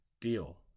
deal